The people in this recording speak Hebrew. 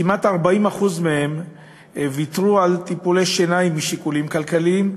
כמעט 40% מהם ויתרו על טיפולי שיניים משיקולים כלכליים,